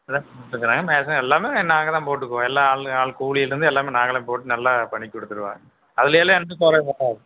எல்லாம் குடுத்துக்குறேன் நான் மேஜ எல்லாமே நாங்களே போட்டுக்குவோம் எல்லாம் ஆள் ஆள் கூலிலேருந்து எல்லாமே நாங்களே போட்டு நல்லா பண்ணி கொடுத்துடுவோம் அதுலேலாம் எந்த குறையும் வராது